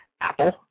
Apple